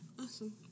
Awesome